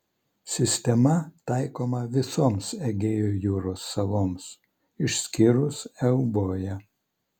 sistema taikoma visoms egėjo jūros saloms išskyrus euboją